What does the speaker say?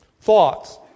thoughts